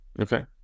Okay